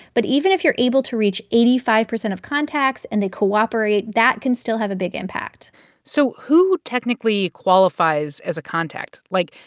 but even if you're able to reach eighty five percent of contacts and they cooperate, that can still have a big impact so who technically qualifies as a contact? like,